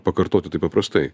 pakartoti taip paprastai